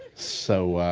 so,